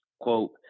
quote